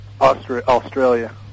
Australia